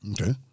Okay